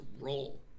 roll